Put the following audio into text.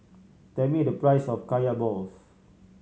tell me the price of Kaya balls